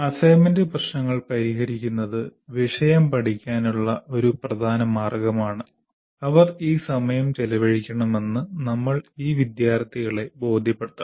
assignment പ്രശ്നങ്ങൾ പരിഹരിക്കുന്നത് വിഷയം പഠിക്കാനുള്ള ഒരു പ്രധാന മാർഗമാണ് അവർ ഈ സമയം ചെലവഴിക്കണമെന്ന് നമ്മൾ ഈ വിദ്യാർത്ഥികളെ ബോധ്യപ്പെടുത്തണം